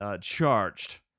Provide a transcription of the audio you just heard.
charged